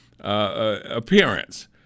appearance